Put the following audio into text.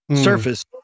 surface